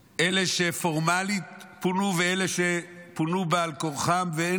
אלה שפונו פורמלית ואלה שפונו בעל כורחם ואין להם